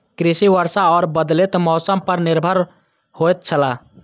कृषि वर्षा और बदलेत मौसम पर निर्भर होयत छला